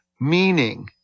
meaning